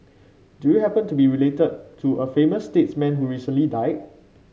do you happen to be related to a famous statesman who recently died